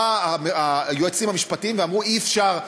באו היועצים המשפטיים ואמרו: אי-אפשר,